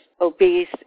obese